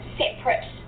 separate